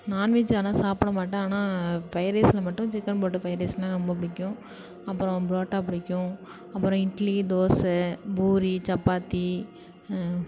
non veg ஆனால் சாப்பிட மாட்டேன் ஆனால் ஃப்ரைட் ரைஸில் மட்டும் சிக்கன் போட்ட ஃப்ரைட் ரைஸுனா ரொம்ப பிடிக்கும் அப்புறம் புரோட்டா பிடிக்கும் அப்புறம் இட்லி தோசை பூரி சப்பாத்தி